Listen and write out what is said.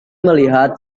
melihat